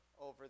over